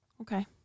Okay